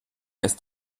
ist